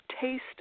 Taste